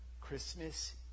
Christmas